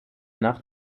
nacht